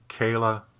kayla